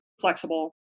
flexible